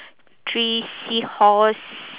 three seahorse